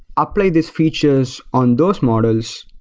apply these features on those models.